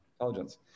intelligence